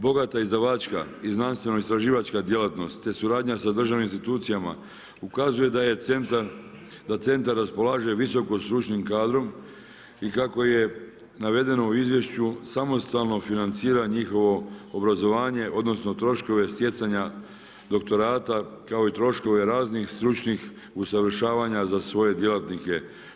Bogata izdavačka i znanstveno-istraživačka djelatnost te suradnja sa državnim institucijama ukazuje da centar raspolaže visoko stručnim kadrom i kako je navedeno u izvješću, samostalno financira njihovo obrazovanje odnosno troškove stjecanja doktorata kao i troškove raznih stručnih usavršavanja za svoje djelatnike.